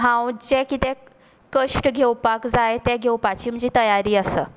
हांव जें कितें कश्ट घेवपाक जाय ते घेवपाची म्हजी तयारी आसा